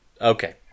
okay